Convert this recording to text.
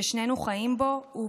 ששנינו חיים בו, הוא